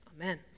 Amen